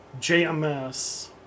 JMS